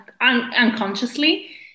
Unconsciously